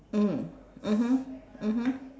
mm mmhmm mmhmm